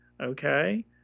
okay